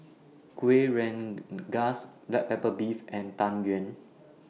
Kuih Rengas Black Pepper Beef and Tang Yuen